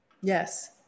Yes